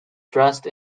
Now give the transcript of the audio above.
dressed